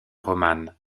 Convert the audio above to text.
romane